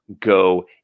go